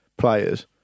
players